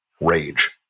rage